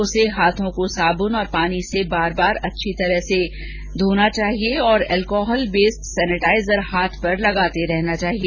उसे हाथों को साबुन और पानी से बार बार अच्छी तरह हाथ धोने चाहिए या अल्कोहल बेस्ड सेनीटाइजर हाथ पर लगाते रहना चाहिए